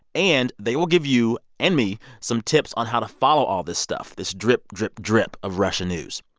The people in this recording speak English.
and they will give you and me some tips on how to follow all this stuff this drip, drip, drip of russian news.